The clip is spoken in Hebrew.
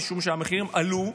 משום שהמחירים עלו,